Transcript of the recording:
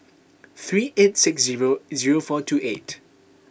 three eight six zero zero four two eight